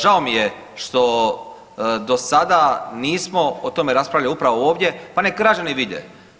Žao mi je što do sada nismo o tome raspravljali upravo ovdje, pa nek građani vide.